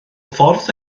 ffordd